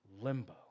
limbo